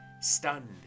stunned